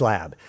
Lab